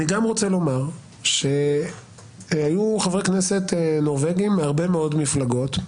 אני גם רוצה לומר שהיו חברי כנסת נורבגים מהרבה מאוד מפלגות.